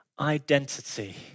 identity